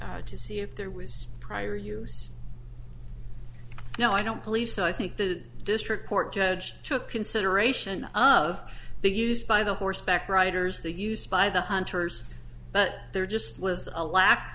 use to see if there was prior use no i don't believe so i think the district court judge took consideration of the used by the horseback riders the use by the hunters but there just was a lack